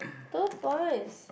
two points